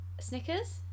Snickers